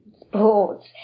sports